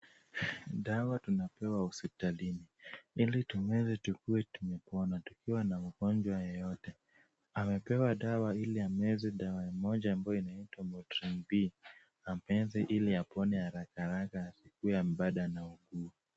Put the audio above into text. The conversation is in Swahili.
Dawa tunapewa hospitalini ili tumeze tukuwe tumepona tukiwa na magonjwa yoyote. Amepewa dawa ili ameze dawa moja ambayo inaitwa Motrim IB mapenzi ili apone haraka haraka asikuwe bado anaugua.